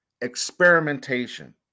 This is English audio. experimentation